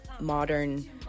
modern